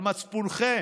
על מצפונכם.